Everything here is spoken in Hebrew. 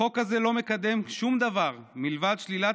החוק הזה לא מקדם שום דבר מלבד שלילת